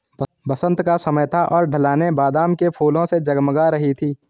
बसंत का समय था और ढलानें बादाम के फूलों से जगमगा रही थीं